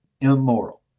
immoral